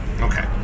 Okay